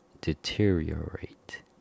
deteriorate